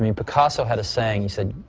i mean picasso had a saying, he said,